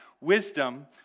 wisdom